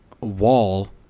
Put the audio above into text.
wall